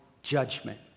judgment